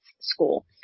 school